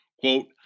Quote